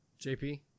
JP